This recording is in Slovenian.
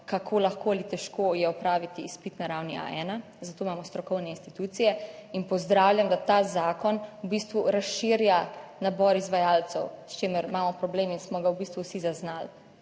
kako lahko ali težko je opraviti izpit na ravni A1. Za to imamo strokovne institucije in pozdravljam, da ta zakon v bistvu razširja nabor izvajalcev, s čimer imamo problem in smo ga v bistvu vsi zaznali